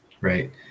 Right